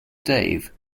dave